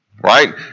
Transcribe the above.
Right